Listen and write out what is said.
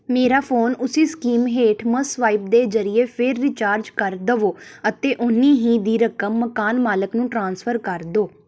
ਮੇਰਾ ਫੋਨ ਉਸੀ ਸਕੀਮ ਹੇਠ ਮਸਵਾਇਪ ਦੇ ਜ਼ਰੀਏ ਫਿਰ ਰਿਚਾਰਜ ਕਰ ਦੇਵੋ ਅਤੇ ਓਨੀ ਹੀ ਦੀ ਰਕਮ ਮਕਾਨ ਮਾਲਕ ਨੂੰ ਟ੍ਰਾਂਸਫਰ ਕਰ ਦਿਓ